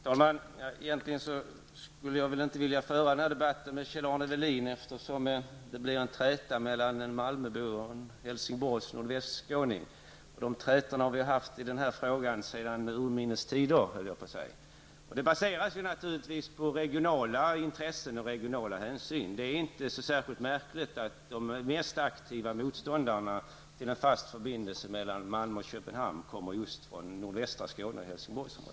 Fru talman! Egentligen skulle jag inte vilja föra den här debatten med Kjell-Arne Welin, eftersom det blir en träta mellan en Malmöbo och en nordvästskåning från Helsingborgsområdet. Sådana trätor har vi haft i den här frågan -- jag höll på att säga sedan urminnes tider. Det beror naturligtvis på regionala intressen och regionala hänsyn. Det är inte så särskilt märkligt att de mest aktiva motståndarna till en fast förbindelse mellan Malmö och Köpenhamn kommer just från nordvästra Skåne och Helsingborgsområdet.